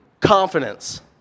confidence